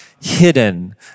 hidden